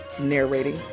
narrating